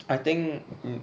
I think mm